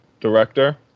director